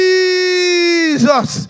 Jesus